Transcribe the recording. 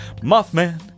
Mothman